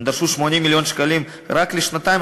הם דרשו 80 מיליון שקלים רק לשנתיים